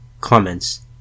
Comments